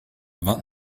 vingt